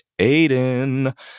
Aiden